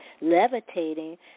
Levitating